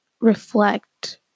reflect